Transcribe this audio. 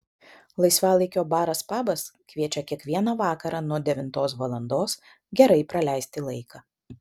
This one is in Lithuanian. laisvalaikio baras pabas kviečia kiekvieną vakarą nuo devintos valandos gerai praleisti laiką